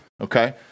Okay